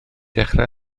dechrau